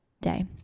day